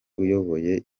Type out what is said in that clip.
uyoboye